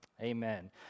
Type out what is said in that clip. Amen